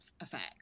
effect